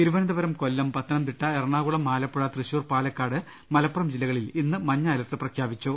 തിരുവനന്തപുരം കൊല്ലം പത്തനംതിട്ട എറണാക്കുളം ആലപ്പുഴ തൃശൂർ പാലക്കാട് മലപ്പുറം ജില്ലകളിൽ ഇന്ന് മഞ്ഞ അലർട്ട് പ്രഖ്യാ പിച്ചു